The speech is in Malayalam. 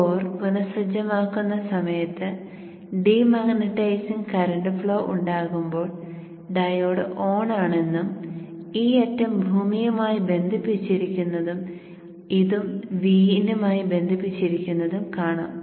കോർ പുനഃസജ്ജമാക്കുന്ന സമയത്ത് ഡീമാഗ്നെറ്റൈസിംഗ് കറന്റ് ഫ്ലോ ഉണ്ടാകുമ്പോൾ ഡയോഡ് ഓണാണെന്നും ഈ അറ്റം ഭൂമിയുമായി ബന്ധിപ്പിച്ചിരിക്കുന്നതും ഇതും Vin മായി ബന്ധിപ്പിച്ചിരിക്കുന്നതും കാണാം